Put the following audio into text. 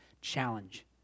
challenge